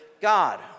God